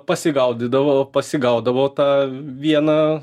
pasigaudydavo pasigaudavo tą vieną